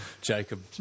Jacob